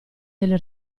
delle